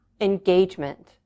engagement